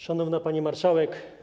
Szanowna Pani Marszałek!